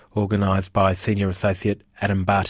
organised by senior associate adam butt.